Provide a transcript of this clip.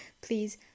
please